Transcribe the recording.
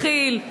מכיל,